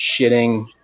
shitting